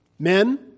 Men